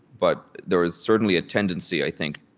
but there is certainly a tendency, i think,